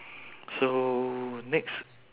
so next